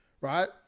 right